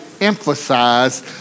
emphasize